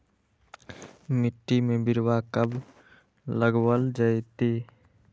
मिट्टी में बिरवा कब लगवल जयतई?